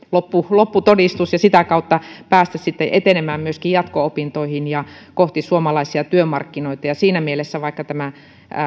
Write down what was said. lopputodistus ja sitä kautta päästä sitten etenemään myöskin jatko opintoihin ja kohti suomalaisia työmarkkinoita siinä mielessä vaikka tämä